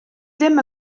ddim